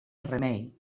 remei